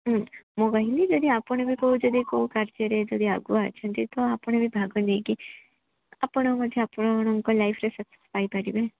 ମୁଁ କହିଲି ଯଦି ଆପଣ ବି କେଉଁ ଯଦି କୋଉ କାର୍ଯ୍ୟରେ ଯଦି ଆଗୁଆ ଅଛନ୍ତି ତ ଆପଣ ବି ଭାଗ ନେଇକି ଆପଣ ମଧ୍ୟ ଆପଣଙ୍କ ଲାଇଫ୍ରେ ସକ୍ସେସ୍ ପାଇପାରିବେ